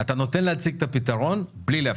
אתה נותן להציג את הפתרון בלי להפריע.